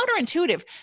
counterintuitive